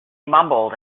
mumbled